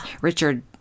Richard